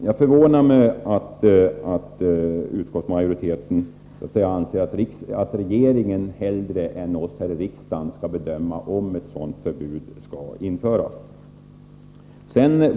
Det förvånar mig att utskottsmajoriteten anser att regeringen hellre än riksdagen bör bedöma om ett sådant förbud skall införas.